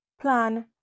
plan